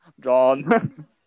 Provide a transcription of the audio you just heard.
John